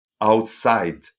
outside